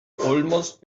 almost